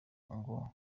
ngo